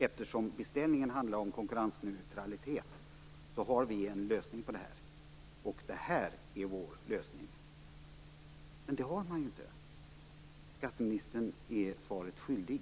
Eftersom beställningen handlar om konkurrensneutralitet har vi en lösning på det här. Sedan skulle man tala om vilken lösning man har. Men man har ingen lösning. Skatteministern är svaret skyldig.